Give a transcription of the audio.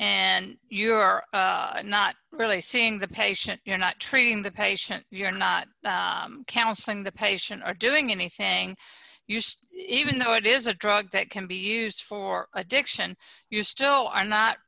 and you're not really seeing the patient you're not treating the patient you're not counseling the patient or doing anything you say even though it is a drug that can be used for addiction you still are not